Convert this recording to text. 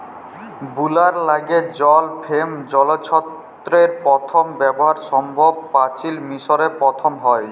বুলার ল্যাইগে জল ফেম যলত্রের পথম ব্যাভার সম্ভবত পাচিল মিশরে পথম হ্যয়